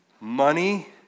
money